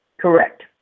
Correct